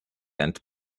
and